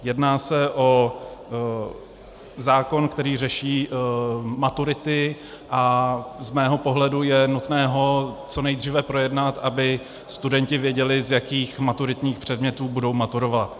Jedná se o zákon, který řeší maturity, a z mého pohledu je nutné ho co nejdříve projednat, aby studenti věděli, z jakých maturitních předmětů budou maturovat.